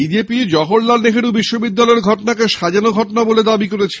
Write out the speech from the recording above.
BJP Jawaharlal Nehru বিশ্ববিদ্যালয়ের ঘটনাকে সাজানো ঘটনা বলে দাবী করেছে